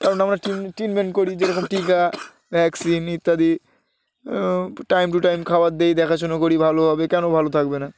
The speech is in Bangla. কারণ আমরা টিন ট্রিটমেন্ট করি যেরকম টিকা ভ্যাকসিন ইত্যাদি টাইম টু টাইম খাবার দিই দেখাশুনো করি ভালো হবে কেন ভালো থাকবে না